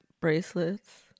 bracelets